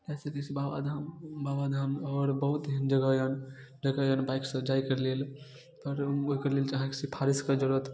जा सकै छी बाबाधाम बाबाधाम आओर बहुत एहन जगह यऽ जतऽ बाइकसँ जाइके लेल पर ओहिके लेल अहाँकेँ सिफारिशके जरूरत